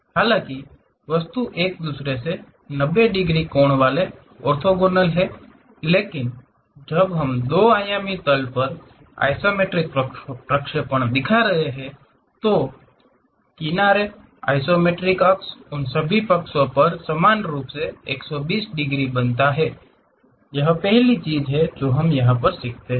हालांकि वास्तविक वस्तु एक दूसरे से 90 डिग्री कोण वाले ऑर्थोगोनल हैं लेकिन जब हम दो आयामी तल पर आइसोमेट्रिक प्रक्षेपण दिखा रहे हैं तो किनारे तो आइसोमेट्रिक अक्ष उन सभी पक्षों पर समान रूप से 120 डिग्री बनाता है यह पहली चीज है जो हम सीखते हैं